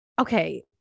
Okay